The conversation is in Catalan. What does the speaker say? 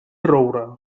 roure